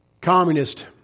communist